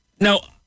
Now